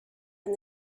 and